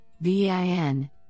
VIN